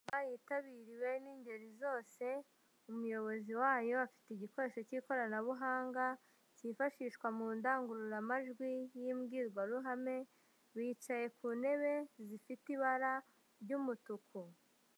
Inama yitabiriwe n'ingeri zose, umuyobozi wayo afite igikoresho cy'ikoranabuhanga cyifashishwa mu ndangururamajwi y'imbwirwaruhame, bicaye ku ntebe zifite ibara ry'umutuku.